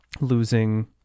losing